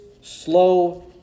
slow